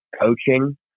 coaching